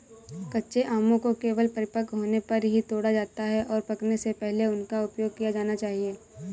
कच्चे आमों को केवल परिपक्व होने पर ही तोड़ा जाता है, और पकने से पहले उनका उपयोग किया जाना चाहिए